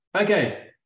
Okay